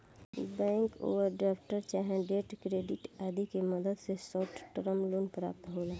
bank overdraft चाहे trade credit आदि के मदद से शॉर्ट टर्म लोन प्राप्त होला